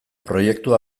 proiektua